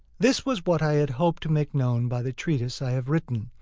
this was what i had hoped to make known by the treatise i had written,